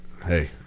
Hey